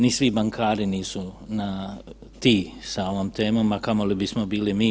Ni svi bankari nisu na ti sa ovom temu, a kamoli bismo bili mi.